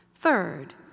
Third